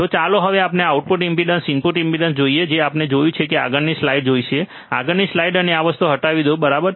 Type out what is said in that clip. તો ચાલો હવે આપણે આઉટપુટ ઇમ્પેડન્સ ઇનપુટ ઇમ્પેડન્સ જોઈએ જે આપણે જોયું છે હવે ચાલો આગળની સ્લાઇડ જોઈએ આગળની સ્લાઇડ મને આ વસ્તુઓ હટાવી દો બરાબર